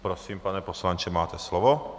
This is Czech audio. Prosím, pane poslanče, máte slovo.